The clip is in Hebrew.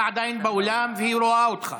אתה עדיין באולם והיא רואה אותך.